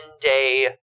day